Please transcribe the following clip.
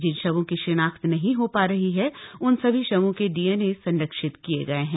जिन शवों की शिनाख्त नहीं हो पा रही है उन सभी शवों का डीएनए संरक्षित किये गये हैं